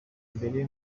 mbere